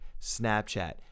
Snapchat